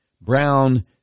Brown